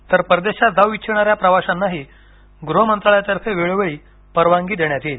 तर परदेशात जाऊ इच्छिणाऱ्या प्रवाशांनाही गृह मंत्रालयातर्फे वेळोवेळी परवानगी देण्यात येईल